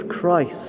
Christ